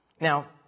Now